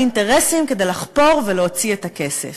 אינטרסים כדי לחפור ולהוציא את הכסף.